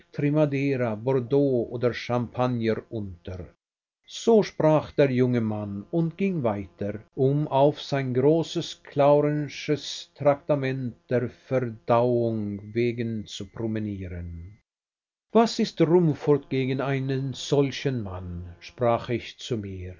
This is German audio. oder champagner unter so sprach der junge mann und ging weiter um auf sein großes claurensches traktement der verdauung wegen zu promenieren was ist rumford gegen einen solchen mann sprach ich zu mir